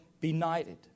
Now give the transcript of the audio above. benighted